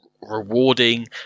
rewarding